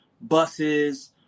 buses